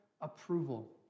approval